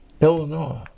Illinois